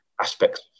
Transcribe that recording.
aspects